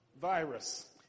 virus